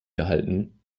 gehalten